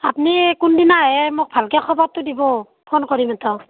আপুনি কোনদিনা আহে মোক ভালৈ খবৰটো দিব ফোন কৰি এটা